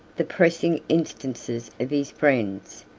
the pressing instances of his friends,